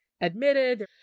admitted